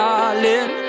Darling